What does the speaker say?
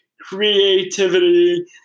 creativity